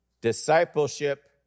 Discipleship